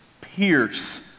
pierce